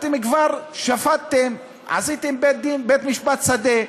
אתם כבר שפטתם, עשיתם בית-משפט שדה,